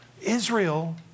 Israel